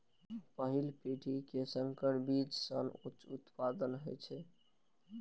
पहिल पीढ़ी के संकर बीज सं उच्च उत्पादन होइ छै